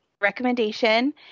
recommendation